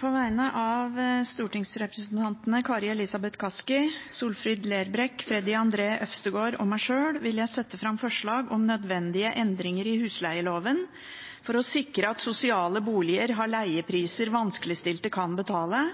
På vegne av stortingsrepresentantene Kari Elisabeth Kaski, Solfrid Lerbrekk, Freddy André Øvstegård og meg sjøl vil jeg sette fram forslag om nødvendige endringer i husleieloven for å sikre at sosiale boliger har leiepriser vanskeligstilte kan betale